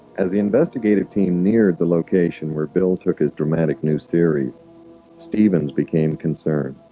as the investigative team neared the location where bill took his dramatic new series stevens became concerned